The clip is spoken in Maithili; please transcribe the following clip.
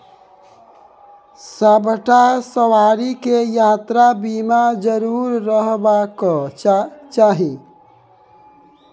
सभटा सवारीकेँ यात्रा बीमा जरुर रहबाक चाही